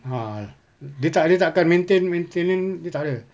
a'ah dia tak dia tak akan maintain maintenance dia tak ada